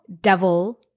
devil